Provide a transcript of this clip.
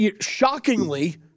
shockingly